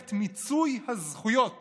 פרויקט מיצוי הזכויות